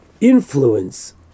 influence